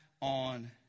on